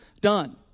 done